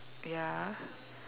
ya